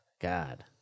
God